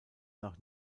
nach